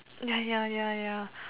ya ya ya ya